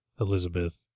Elizabeth